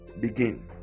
begin